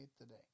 today